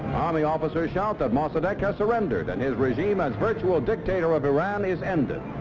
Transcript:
army officers shout that mossadeg has surrendered and his regime as virtual dictator of iran is ended.